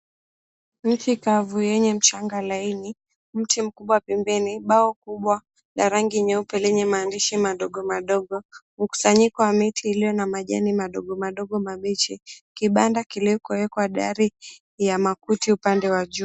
Mti kavu yenye mchanga laini, mti mkubwa pembeni, bao kubwa la rangi nyeupe lenye maandishi madogo madogo, mkusanyiko wa miti iliyo na majani madogo madogo mabichi, kibanda kilichowekwa dari ya makuti upande wa juu.